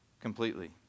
completely